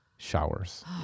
Showers